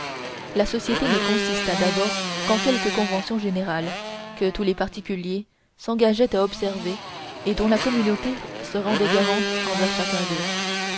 la société ne consista d'abord qu'en quelques conventions générales que tous les particuliers s'engageaient à observer et dont la communauté se rendait garante envers chacun d'eux